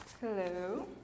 Hello